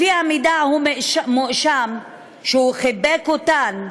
לפי המידע, הוא מואשם שהוא חיבק אותן,